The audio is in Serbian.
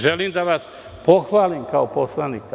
Želim da vas pohvalim kao poslanika.